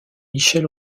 michel